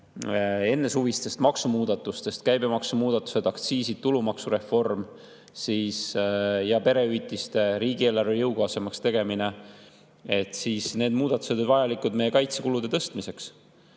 enne suve [tehtud] maksumuudatustest – käibemaksumuudatused, aktsiisid, tulumaksureform ja perehüvitiste riigieelarvele jõukohasemaks tegemine –, siis need muudatused olid vajalikud meie kaitsekulude tõstmiseks.